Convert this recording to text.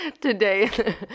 Today